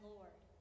Lord